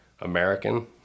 American